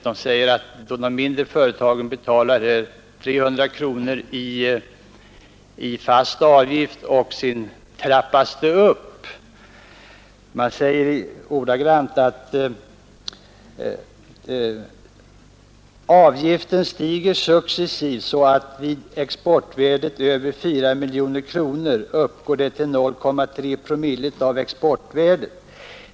Däremot kan jag inte instämma i utskottets skrivning på s. 5, nämligen att avgiften stiger ”successivt, så att den vid exportvärden över 4 milj.kr. uppgår till 0,3 promille av exportvärdet”.